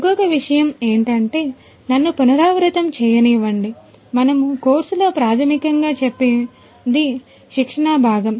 ఇంకొక విషయం ఏమిటంటేనన్ను పునరావృతం చెయ్యనివ్వండి మనము కోర్సులో ప్రాథమికంగా చెప్పింది శిక్షణా భాగం